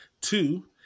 Two